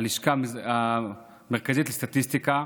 הלשכה המרכזית לסטטיסטיקה,